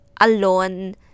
alone